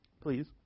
please